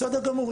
בסדר גמור.